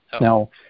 Now